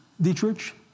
Dietrich